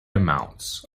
amounts